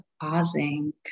pausing